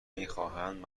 میخواهند